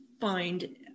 find